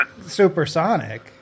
Supersonic